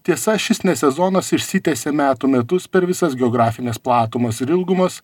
tiesa šis sezonas išsitęsė metų metus per visas geografines platumas ir ilgumas